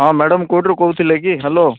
ହଁ ମ୍ୟାଡ଼ମ୍ କେଉଁଠୁ କହୁଥିଲେ କି ହ୍ୟାଲୋ